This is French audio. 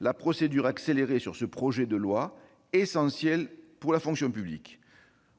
la procédure accélérée sur ce projet de loi essentiel pour la fonction publique. Ah oui !